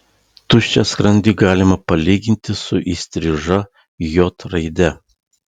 tuščią skrandį galima palyginti su įstriža j raide